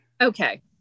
Okay